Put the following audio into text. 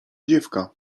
dziewka